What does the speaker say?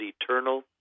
eternal